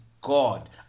god